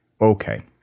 okay